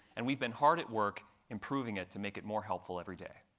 and we've been hard at work improving it to make it more helpful every day.